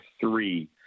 three